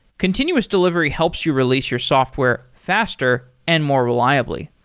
continuous delivery helps you release your software faster and more reliably.